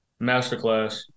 Masterclass